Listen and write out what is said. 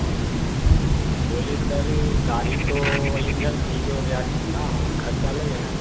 hello बोले sir गाड़ी तो इंजन सीज हो गया कितना ख़र्च लगेगा